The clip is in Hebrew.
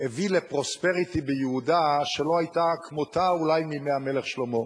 הביא לפרוספריטי ביהודה שלא היתה כמותה אולי מימי המלך שלמה.